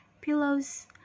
Pillow's